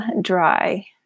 dry